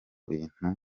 bintu